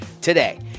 today